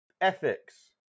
ethics